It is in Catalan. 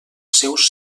seus